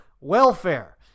welfare